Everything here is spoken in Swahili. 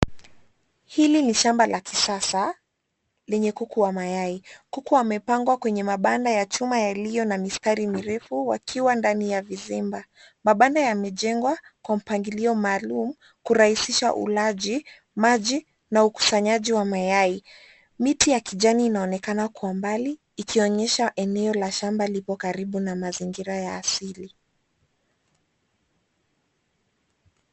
Hili ni shamba la kisasa lenye kuku wa mayai. Kuku wamepangwa kwenye mabanda ya chuma yaliyo na mistari mirefu huku wakiwa ndani ya vizimba. Mabanda ya mijengo kwa mpangilio maalum kurahisisha ulaji, maji na ukusanyaji wa mayai. Miti ya kijani inaonekana kwa umbali ikionyesha eneo la shamba liko karibu na mazingira ya asili.